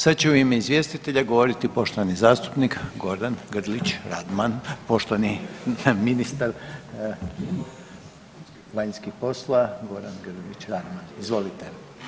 Sad će u ime izvjestitelja govoriti poštovani zastupnik Gordan Grlić Radman, poštovani ministar vanjskih poslova, Goran Grlić Radman, izvolite.